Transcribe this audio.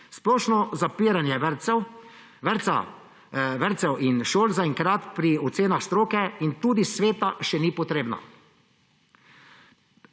»splošno zapiranje vrtcev in šol zaenkrat po ocenah stroke in tudi Sveta še ni potrebno«.